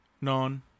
non